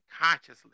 consciously